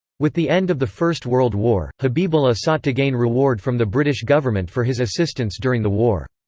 with the end of the first world war, habibullah sought to gain reward from the british government for his assistance during the war.